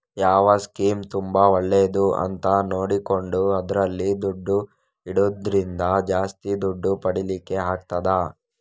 ಯಾವ ಸ್ಕೀಮ್ ತುಂಬಾ ಒಳ್ಳೇದು ಅಂತ ನೋಡಿಕೊಂಡು ಅದ್ರಲ್ಲಿ ದುಡ್ಡು ಇಡುದ್ರಿಂದ ಜಾಸ್ತಿ ದುಡ್ಡು ಪಡೀಲಿಕ್ಕೆ ಆಗ್ತದೆ